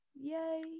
Yay